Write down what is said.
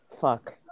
Fuck